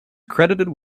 credited